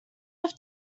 have